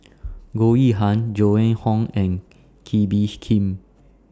Goh Yihan Joan Hon and Kee Bee Khim